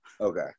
Okay